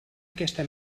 aquesta